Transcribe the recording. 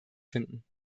finden